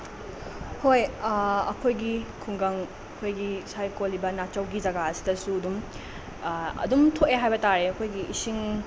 ꯍꯣꯏ ꯑꯩꯈꯣꯏꯒꯤ ꯈꯨꯡꯒꯪ ꯑꯩꯈꯣꯏꯒꯤ ꯁꯥꯏ ꯀꯣꯜꯂꯤꯕ ꯅꯥꯆꯧꯒꯤ ꯖꯒꯥꯁꯤꯗꯁꯨ ꯑꯗꯨꯝ ꯑꯗꯨꯝ ꯊꯣꯛꯑꯦ ꯍꯥꯏꯕ ꯇꯥꯔꯦ ꯑꯩꯈꯣꯏꯒꯤ ꯏꯁꯤꯡ